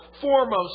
foremost